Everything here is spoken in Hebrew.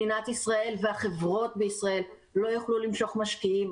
מדינת ישראל והחברות בישראל לא יוכלו למשוך משקיעים.